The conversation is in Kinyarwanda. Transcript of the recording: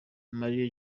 mali